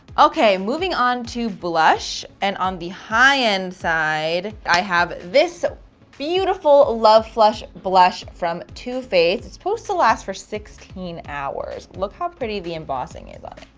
okay moving on to blush and on the high-end side i have this beautiful love flush blush from too faced. it's supposed to last for sixteen hours. look how pretty the embossing is on